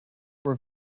were